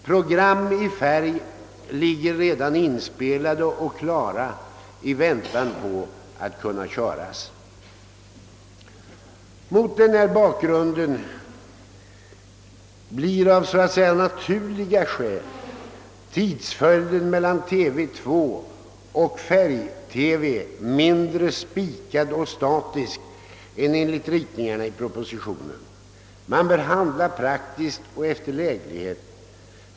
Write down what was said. Program i färg ligger redan inspelade och klara i väntan på att kunna köras. Mot denna bakgrund blir av naturliga skäl tidsföljden mellan TV 2 och färg-TV mindre spikad och statisk än enligt ritningarna i propositionen. Man bör handla praktiskt och efter läglighet.